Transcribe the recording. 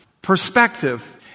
Perspective